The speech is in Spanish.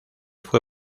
fue